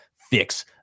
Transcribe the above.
fix